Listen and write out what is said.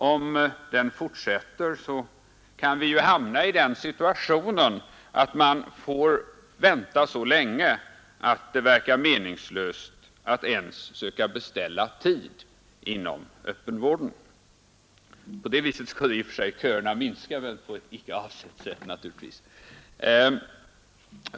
Om den fortsätter, kan vi ju hamna i den situationen att man får vänta så länge, att det verkar meningslöst att ens söka beställa tid inom öppenvården. På det viset skulle i och för sig köerna minska, men på ett icke avsett sätt.